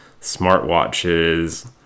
smartwatches